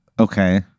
Okay